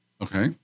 Okay